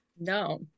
No